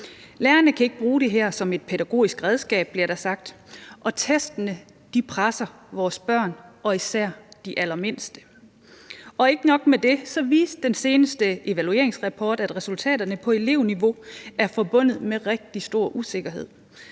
Lærerne kan ikke bruge det her som et pædagogisk redskab, bliver der sagt, og testene presser vores børn og især de allermindste. Ikke nok med det viste den seneste evalueringsrapport, at resultaterne på elevniveau er forbundet med rigtig stor usikkerhed,